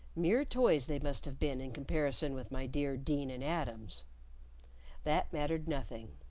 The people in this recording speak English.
mere toys they must have been in comparison with my dear deane and adams that mattered nothing.